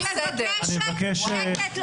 אני מבקשת שקט.